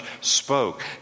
spoke